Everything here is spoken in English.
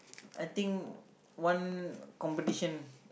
I think one competition